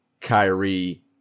Kyrie